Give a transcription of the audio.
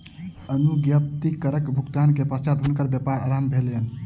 अनुज्ञप्ति करक भुगतान के पश्चात हुनकर व्यापार आरम्भ भेलैन